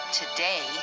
today